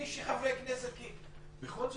בכל זאת,